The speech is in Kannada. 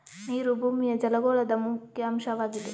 ನೀರು ಭೂಮಿಯ ಜಲಗೋಳದ ಮುಖ್ಯ ಅಂಶವಾಗಿದೆ